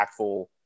impactful